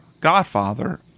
Godfather